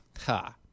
Ha